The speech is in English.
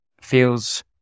feels